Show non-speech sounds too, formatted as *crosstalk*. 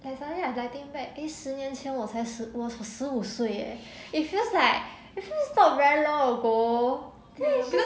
then why when I think back eh 十年前我才是十我十五岁 leh it feels like it just not very long ago *laughs*